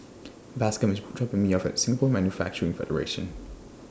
Bascom IS dropping Me off At Singapore Manufacturing Federation